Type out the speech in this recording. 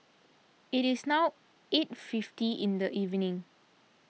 it is now eight fifty in the evening